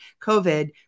COVID